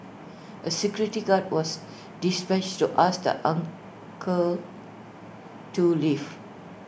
A security guard was dispatched to ask the uncle to leave